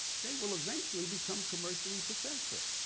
they will eventually become commercially successful.